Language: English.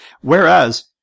Whereas